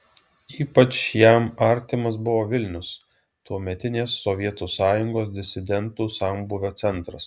ypač jam artimas buvo vilnius tuometinės sovietų sąjungos disidentų sambūvio centras